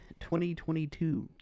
2022